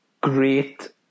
great